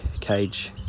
cage